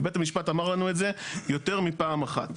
ובית המשפט אמר לנו את זה יותר מפעם אחת.